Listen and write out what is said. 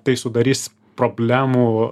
tai sudarys problemų